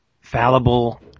fallible